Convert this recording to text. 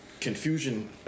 confusion